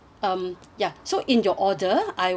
ya so in your order I I will